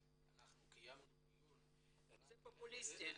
אנחנו קיימנו דיון --- זה פופוליסטי.